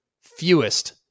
fewest